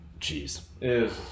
jeez